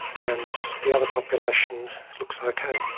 and the other population looks okay.